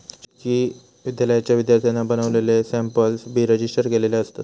शेतकी विद्यालयाच्या विद्यार्थ्यांनी बनवलेले सॅम्पल बी रजिस्टर केलेले असतत